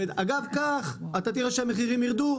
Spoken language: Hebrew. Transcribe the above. אגב כך אתה תראה שהמחירים ירדו,